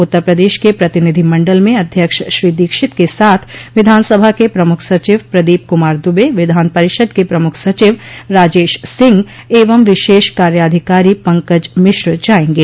उत्तर प्रदेश के प्रतिनिधि मंडल में अध्यक्ष श्री दीक्षित के साथ विधानसभा के प्रमुख सचिव प्रदीप कुमार दुबे विधान परिषद के प्रमुख सचिव राजेश सिंह एवं विशेष कार्याधिकारी पंकज मिश्र जायेंगे